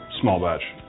small-batch